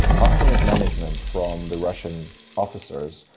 after mismanagement from the russian officers,